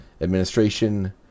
administration